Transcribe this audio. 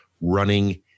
Running